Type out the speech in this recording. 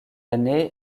année